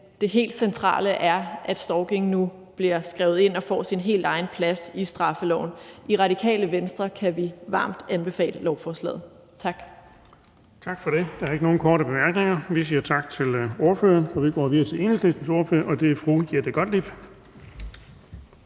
det helt centrale er, at stalking nu bliver skrevet ind og får sin helt egen plads i straffeloven. I Radikale Venstre kan vi varmt anbefale lovforslaget. Tak.